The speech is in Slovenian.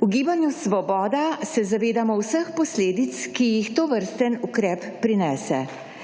V Gibanju Svoboda se zavedamo vseh posledic, ki jih tovrsten ukrep prinese,